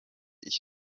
ich